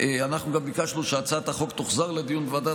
אנחנו גם ביקשנו שהצעת החוק תוחזר לדיון בוועדת